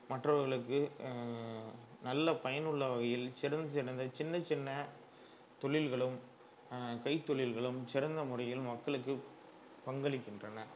மற்றவர்களுக்கு நல்ல பயனுள்ள வகையில் சிறந்த சிறந்த சின்னச் சின்ன தொழில்களும் கைத்தொழில்களும் சிறந்த முறையில் மக்களுக்கு பங்களிக்கின்றன